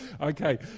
Okay